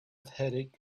headache